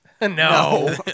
No